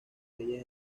leyes